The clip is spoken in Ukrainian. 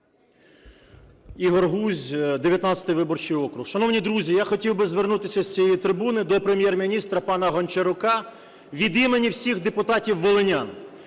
Ігор Гузь, 19 виборчий округ. Шановні друзі, я хотів би звернутися із цієї трибуни до Прем'єр-міністра пана Гончарука від імені всіх депутатів волинян.